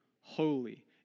holy